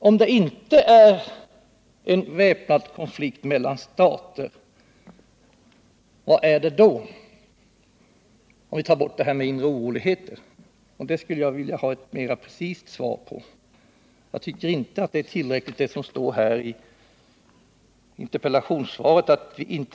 Om det inte är en väpnad konflikt mellan stater, vad är det då? Jag skulle vilja ha ett mera precist svar på det; jag tycker inte att vad som står i interpellationssvaret är tillräckligt.